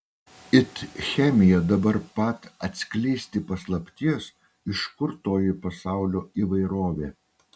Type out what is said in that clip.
it chemija dabar pat atskleisti paslapties iš kur toji pasaulio įvairovė